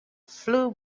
flew